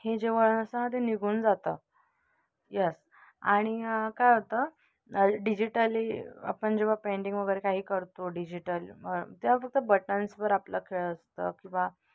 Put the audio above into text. हे जे वळण असं ते निघून जातं यस आणि काय होतं डिजिटली आपण जेव्हा पेंटिंग वगैरे काही करतो डिजिटल त्या फक्त बटन्सवर आपला खेळ असतं किंवा